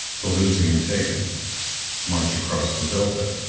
pelusium taken march across the delta